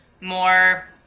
more